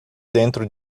dentro